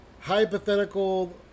Hypothetical